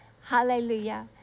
Hallelujah